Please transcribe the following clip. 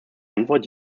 antwort